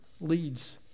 leads